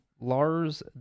Lars